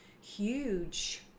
huge